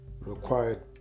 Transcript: required